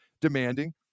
demanding